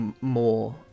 more